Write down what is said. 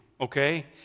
okay